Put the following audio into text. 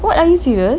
what are you serious